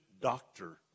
doctor